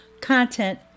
Content